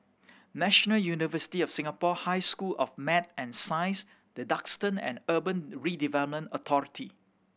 National University of Singapore High School of Math and Science The Duxton and Urban Redevelopment Authority